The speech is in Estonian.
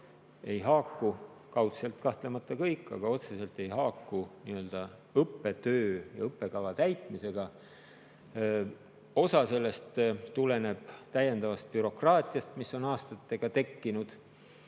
haakuvad kahtlemata kõik, aga otseselt ei haaku – õppetöö ja õppekava täitmisega. Osa sellest tuleneb täiendavast bürokraatiast, mis on aastatega tekkinud,